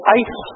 ice